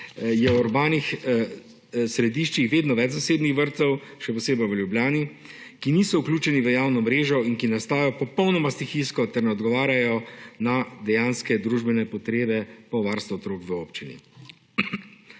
je v urbanih središčih vedno več zasebnih vrtcev, še posebej v Ljubljani, ki niso vključeni v javno mrežo in ki nastajajo popolnoma stihijsko ter ne odgovarjajo na dejanske družbene potrebe po varstvu otrok v občini.